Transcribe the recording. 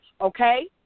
Okay